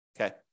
okay